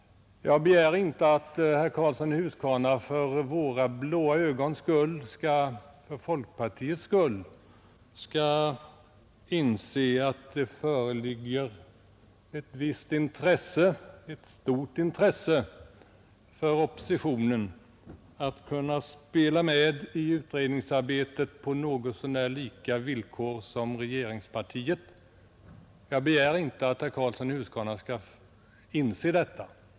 Jag begär inte att herr Karlsson i Huskvarna för våra blå ögons skull, för folkpartiets skull, skall inse att det föreligger ett visst och stort intresse för oppositionen att kunna spela med i utredningsarbetet på något så när lika villkor som regeringspartiet. Jag begär inte att herr Karlsson i Huskvarna skall inse detta.